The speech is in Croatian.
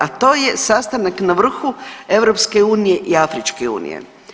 A to je sastanak na vrhu EU i Afričke unije.